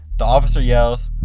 the officer yells,